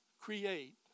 create